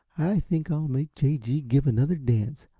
i think i'll make j. g. give another dance,